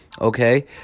okay